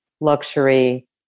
luxury